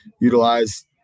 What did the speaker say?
utilize